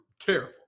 Terrible